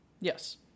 yes